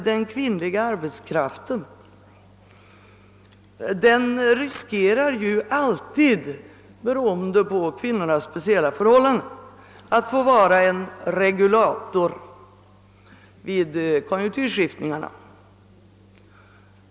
Den kvinnliga arbetskraften riskerar alltid, beroende på kvinnornas speciella förhållanden, att få vara en regulator vid konjunkturskiftningarna.